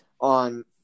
on